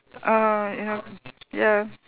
uh you ya